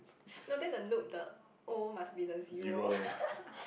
no then the noob the O must be the zero